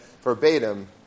verbatim